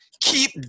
Keep